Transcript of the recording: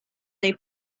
they